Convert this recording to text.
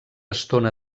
estona